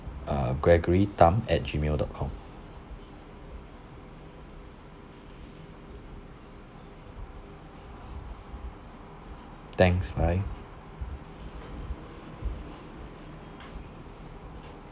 uh gregory tan at G mail dot com thanks bye